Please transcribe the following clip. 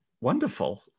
wonderful